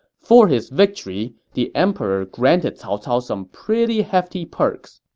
for his victory, the emperor granted cao cao some pretty hefty perks.